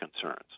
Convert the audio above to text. concerns